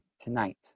tonight